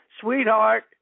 sweetheart